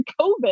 COVID